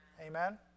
Amen